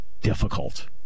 difficult